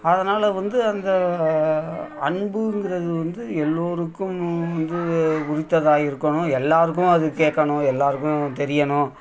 அதனால் வந்து அந்த அன்புங்கிறது வந்து எல்லோருக்கும் வந்து உரித்ததாய் இருக்கணும் எல்லோருக்கும் அது கேட்கணும் எல்லோருக்கும் தெரியணும்